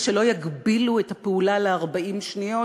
ולא יגבילו את הפעולה ל-40 שניות,